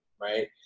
Right